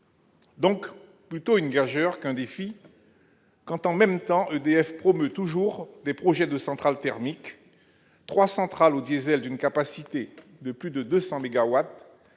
même plus une gageure qu'un défi, quand, en même temps, EDF promeut toujours des projets de centrales thermiques : trois centrales au diesel, d'une capacité de plus de 200 mégawatts,